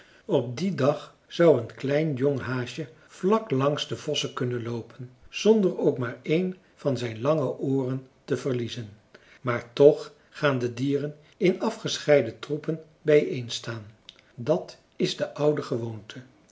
op dien dag zou een klein jong haasje vlak langs de vossen kunnen loopen zonder ook maar een van zijn lange ooren te verliezen maar toch gaan de dieren in afgescheiden troepen bijeen staan dat is de oude gewoonte